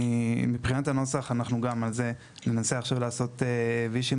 מבחינת הנוסח אנחנו גם על זה ננסה עכשיו לעשות וישים